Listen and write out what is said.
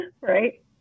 right